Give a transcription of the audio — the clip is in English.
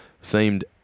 seemed